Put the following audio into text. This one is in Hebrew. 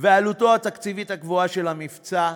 ועלותו התקציבית הגבוהה של המבצע,